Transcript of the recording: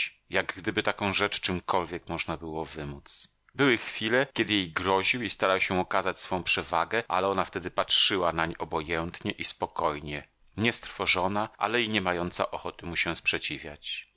jak gdyby taką rzecz czymkolwiek można było wymóc były chwile kiedy jej groził i starał się okazać swą przewagę ale ona wtedy patrzyła nań obojętnie i spokojnie nie strwożona ale i nie mająca ochoty mu się sprzeciwiać